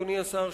אדוני השר,